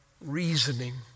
reasoning